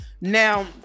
Now